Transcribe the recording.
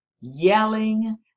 yelling